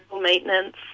maintenance